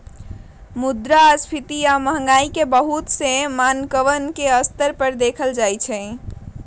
मुद्रास्फीती या महंगाई के बहुत से मानकवन के स्तर पर देखल जाहई